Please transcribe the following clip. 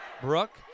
Brooke